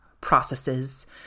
processes